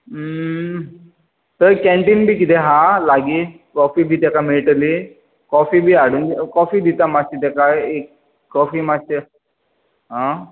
थंय केनटीन बी कितें आसा लागी कॉफी बी ताका मेळटली कॉफी बी हाडून कॉफी दिता ताका मातशी हाडून कॉफी मातशें आं